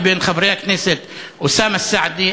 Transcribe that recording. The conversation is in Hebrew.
לבין חברי הכנסת אוסאמה סעדי,